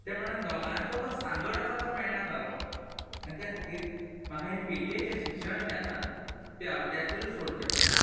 ते मानान दोगांयचो जो सांगड आसा तो मेयणा जालो आनी ते खातीर म्हाका हे पेटयेचें शिक्षण जें आसा तें अर्द्याचेर सोडचें पडलें